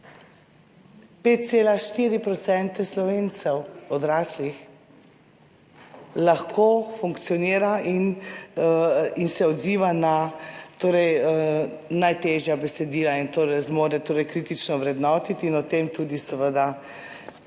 5,4 % Slovencev odraslih, lahko funkcionira in se odziva na torej najtežja besedila in torej zmore torej kritično vrednotiti in o tem tudi seveda